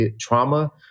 trauma